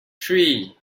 three